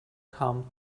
come